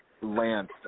Lance